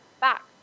back